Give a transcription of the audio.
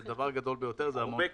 זה דבר גדול ביותר, זה המון כסף.